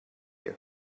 you